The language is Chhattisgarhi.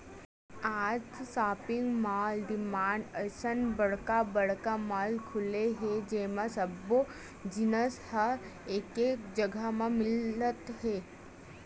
आज सॉपिंग मॉल, डीमार्ट असन बड़का बड़का मॉल खुले हे जेमा सब्बो जिनिस ह एके जघा म मिलत हे